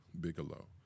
Bigelow